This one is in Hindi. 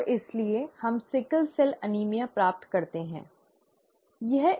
और इसलिए हम सिकल सेल एनीमिया प्राप्त करते हैं है ना